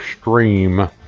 stream